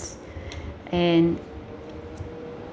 and